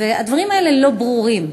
והדברים האלה לא ברורים.